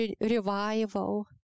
revival